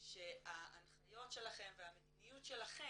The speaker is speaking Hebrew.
שההנחיות שלכם והמדיניות שלכם,